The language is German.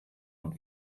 und